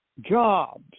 jobs